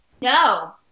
No